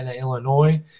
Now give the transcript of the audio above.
Illinois